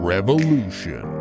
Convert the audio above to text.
Revolution